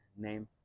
name